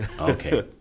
Okay